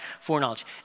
foreknowledge